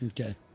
okay